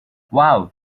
wow